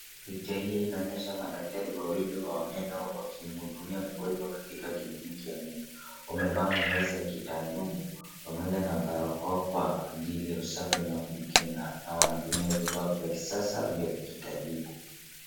Picha hii inaonyesha madaktari wawili wa meno wakimhudumia mgonjwa katika kliniki ya meno. Wamevaa mavazi ya kitaalumu pamoja na barakoa kwa ajili ya usafi na kujikinga na wanatumia vifaa vya kisasa vya kitabibu.